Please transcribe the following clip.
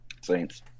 Saints